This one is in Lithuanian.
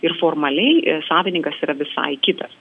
ir formaliai savininkas yra visai kitas